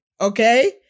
Okay